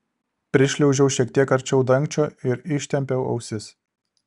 prišliaužiau šiek tiek arčiau dangčio ir ištempiau ausis